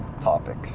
topic